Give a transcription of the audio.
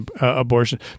abortion